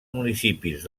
municipis